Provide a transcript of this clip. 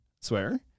swear